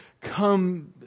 come